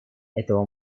этого